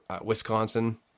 Wisconsin